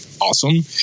awesome